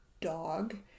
dog